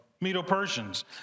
Medo-Persians